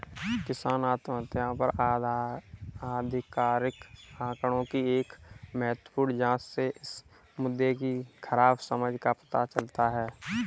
किसान आत्महत्याओं पर आधिकारिक आंकड़ों की एक महत्वपूर्ण जांच से इस मुद्दे की खराब समझ का पता चलता है